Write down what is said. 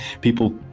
people